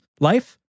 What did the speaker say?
life